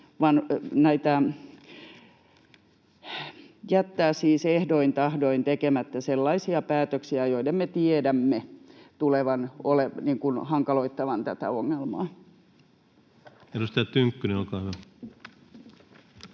vain jättää siis ehdoin tahdoin tekemättä sellaisia päätöksiä, joiden me tiedämme hankaloittavan tätä ongelmaa. [Speech 226] Speaker: